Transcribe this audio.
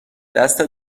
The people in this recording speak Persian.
دستت